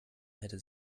hätte